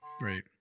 Right